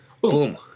Boom